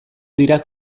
dirac